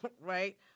right